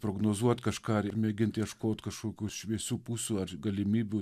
prognozuot kažką ar mėgint ieškot kažkokių šviesių pusių ar galimybių